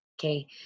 Okay